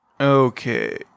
Okay